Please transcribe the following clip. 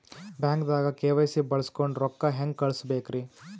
ಬ್ಯಾಂಕ್ದಾಗ ಕೆ.ವೈ.ಸಿ ಬಳಸ್ಕೊಂಡ್ ರೊಕ್ಕ ಹೆಂಗ್ ಕಳಸ್ ಬೇಕ್ರಿ?